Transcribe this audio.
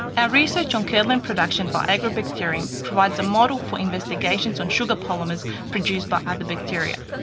our research on curdlan production by agrobacterium provides a model for investigations on sugar polymers produced by other bacteria.